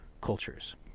cultures